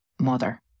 mother